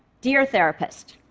dear therapist,